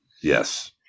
Yes